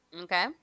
Okay